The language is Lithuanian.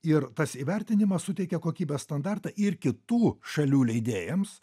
ir tas įvertinimas suteikia kokybės standartą ir kitų šalių leidėjams